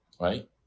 right